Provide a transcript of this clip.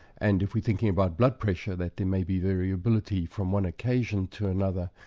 and if we're thinking about blood pressure, that there may be variability from one occasion to another,